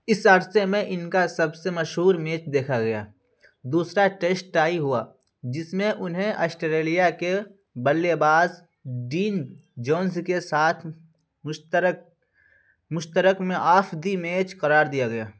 اس عرصے میں ان کا سب سے مشہور میچ دیکھا گیا دوسرا ٹیسٹ ٹائی ہوا جس میں انہیں آسٹریلیا کے بلے باز ڈین جونز کے ساتھ مشترک مشترک میں آف دی میچ قرار دیا گیا